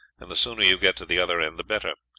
and the sooner you get to the other end, the better.